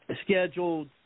scheduled